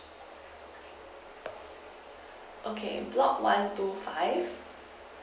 okay block one two five